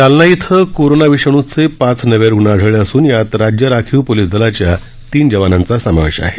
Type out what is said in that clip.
जालना इथं कोरोना विषाणूचे पाच नवे रुग्ण आढळले असून यात राज्य राखीव पोलिस दलाच्या तीन जवानांचा समावेश आहे